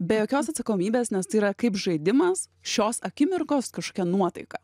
be jokios atsakomybės nes tai yra kaip žaidimas šios akimirkos kažkokia nuotaika